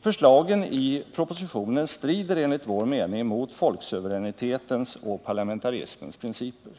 Förslagen i propositionen strider, enligt vår åsikt, mot folksuveränitetens och parlamentarismens principer.